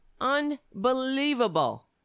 unbelievable